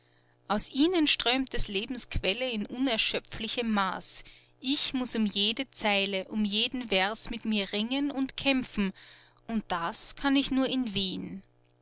aus ihnen strömt des lebens quelle in unerschöpflichem maß ich muß um jede zeile um jeden vers mit mir ringen und kämpfen und das kann ich nur in wien